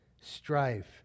strife